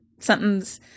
something's